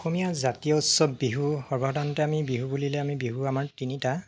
অসমীয়া জাতীয় উৎসৱ বিহু সৰ্বসাধাৰণতে আমি বিহু বুলিলে আমি বিহু আমাৰ তিনিটা